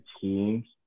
teams